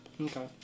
Okay